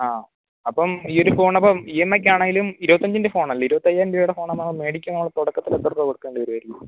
ആ അപ്പം ഈയൊരു ഫോണിന് അപ്പം ഇ എം ഐ ക്ക് ആണെങ്കിലും ഇരുപത്തഞ്ചിന്റെ ഫോണ് അല്ലേ ഇരുപത്തയ്യായിരം രൂപയുടെ ഫോണ് ആകുമ്പോൾ നമ്മൾ വേടിക്കുമ്പോൾ നമ്മൾ തുടക്കത്തിൽ എത്ര രൂപ കൊടുക്കേണ്ടി വരും അതിൽ